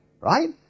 right